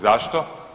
Zašto?